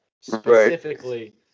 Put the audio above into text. specifically